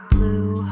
Blue